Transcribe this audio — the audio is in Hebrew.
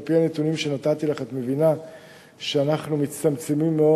על-פי הנתונים שנתתי לך את מבינה שאנחנו מצטמצמים מאוד,